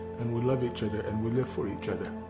and we love each other and we live for each other.